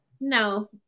No